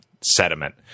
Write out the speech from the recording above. sediment